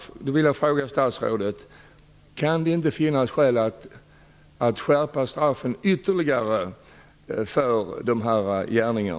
Jag vill fråga statsrådet: Kan det inte finnas skäl att skärpa straffen ytterligare för dessa gärningar?